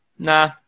Nah